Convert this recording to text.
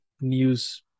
news